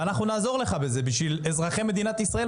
ואנחנו נעזור לך בשביל אזרחי מדינת ישראל.